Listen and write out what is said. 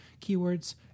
Keywords